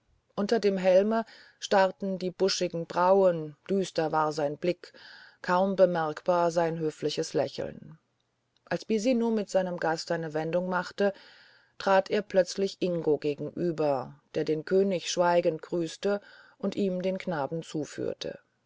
unter dem helme starrten die buschigen brauen düster war sein blick kaum bemerkbar sein höfliches lächeln als bisino mit seinem gast eine wendung machte trat er plötzlich ingo gegenüber der den könig schweigend grüßte und ihm den knaben zuführte